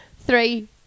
Three